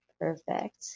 Perfect